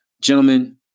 Gentlemen